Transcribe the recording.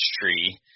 tree